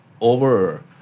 over